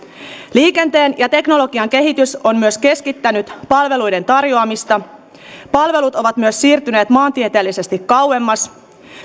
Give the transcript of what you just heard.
liikenteen ja teknologian kehitys on myös keskittänyt palveluiden tarjoamista ja palvelut ovat myös siirtyneet maantieteellisesti kauemmas